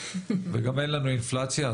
וגם אין לנו אינפלציה,